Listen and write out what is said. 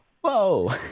Whoa